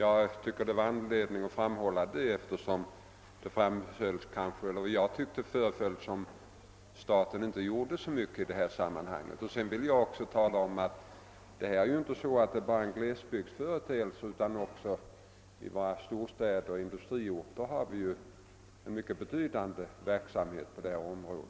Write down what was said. Det finns anledning att framhålla detta, eftersom det föreföll som om herr Olsson menade att staten inte gjorde så mycket i dessa sammanhang. > Jag vill också betona att den skyddade verksamheten inte bara är en glesbygdsföreteelse. Också i våra storstäder och industriorter har vi en mycket betydande verksamhet på detta område.